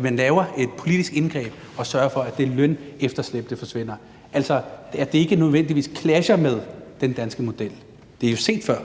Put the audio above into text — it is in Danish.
man laver et politisk indgreb og sørger for, at det lønefterslæb forsvinder? Det clasher ikke nødvendigvis med den danske model, det er jo set før.